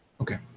Okay